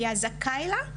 היה זכאי לה,